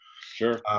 Sure